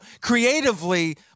creatively